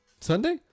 Sunday